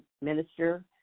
minister